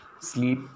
sleep